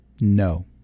No